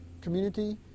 community